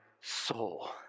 soul